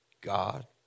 God